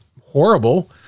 horrible